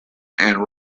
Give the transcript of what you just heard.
and